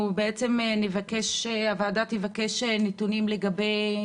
הוועדה תבקש נתונים לגבי